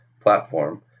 platform